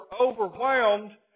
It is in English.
overwhelmed